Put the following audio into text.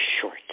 short